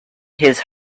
his